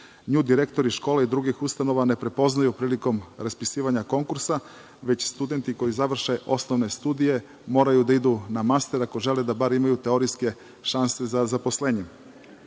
Nju direktori škola i drugih ustanova ne prepoznaju prilikom raspisivanja konkursa, već studenti koji završe osnovne studije moraju da idu na master, ako žele da bar imaju teorijske šanse za zaposlenje. Na